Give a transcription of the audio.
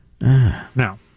Now